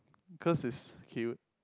cause is cute